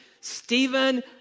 Stephen